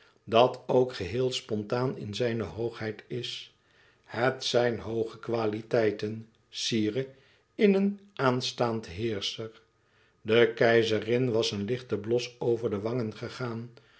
dat ook geheel spontaan in zijne hoogheid is het zijn hooge kwaliteiten sire in een aanstaand heerscher der keizerin was een lichte blos over de wangen gegaan